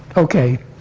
ok.